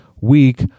week